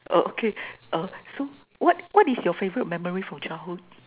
uh okay uh so what what is your favorite memory from childhood